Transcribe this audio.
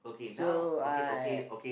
so I